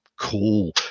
Cool